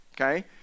Okay